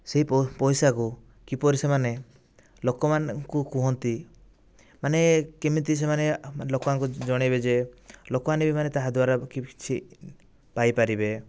ସେ ପଇସା କୁ କିପରି ସେମାନେ ଲୋକମାନଙ୍କୁ କୁହନ୍ତି ମାନେ କେମିତି ସେମାନେ ଲୋକମାନଙ୍କୁ ଜଣେଇବେ ଯେ ଲୋକମାନେ ବି ମାନେ ତାହାଦ୍ୱାରା କିଛି ପାଇପାରିବେ